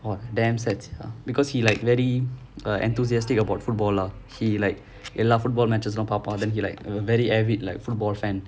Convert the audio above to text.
!wah! damn sad sia because he like very uh enthusiastic about football lah he like எல்லா:ellaa football matches பாப்பான்:paapaan then he like very avid football fan